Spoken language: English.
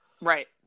Right